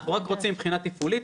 אנחנו רק רוצים מבחינה תפעולית,